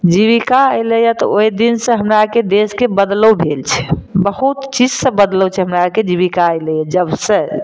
जीबिका अयलै यऽ तऽ ओहि दिन से हमरा आरके देशके बदलाब भेल छै बहुत चीजसँ बदलल छै हमरा आरके जीबिका अयलै यऽ जब से